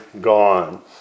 gone